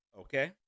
Okay